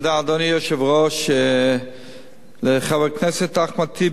אדוני היושב-ראש, לחבר הכנסת אחמד טיבי,